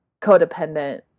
codependent